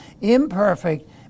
Imperfect